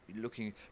looking